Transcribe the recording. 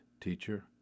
teacher